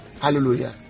Hallelujah